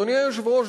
אדוני היושב-ראש,